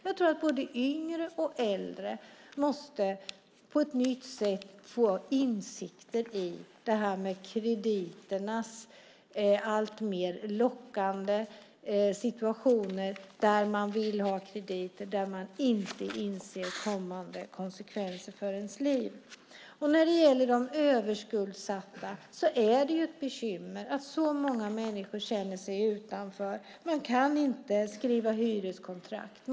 Jag tror att både yngre och äldre måste på ett nytt sätt få insikt om krediter i alltmer lockande situationer. Man vill ha krediter men inser inte kommande konsekvenser för ens liv. När det gäller de överskuldsatta är ett bekymmer att så många människor känner sig utanför. De kan inte skriva hyreskontrakt.